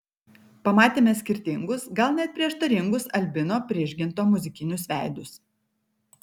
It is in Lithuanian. pamatėme skirtingus gal net prieštaringus albino prižginto muzikinius veidus